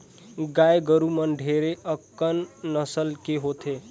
गाय गरुवा मन ढेरे अकन नसल के होथे